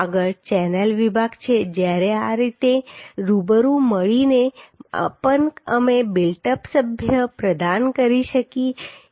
આગળ ચેનલ વિભાગ છે જ્યારે આ રીતે રૂબરૂ મળીને પણ અમે બિલ્ટ અપ સભ્ય પ્રદાન કરી શકીએ છીએ